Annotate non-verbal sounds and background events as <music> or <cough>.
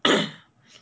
<coughs>